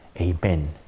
Amen